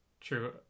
true